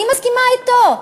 אני מסכימה אתו,